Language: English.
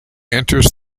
enters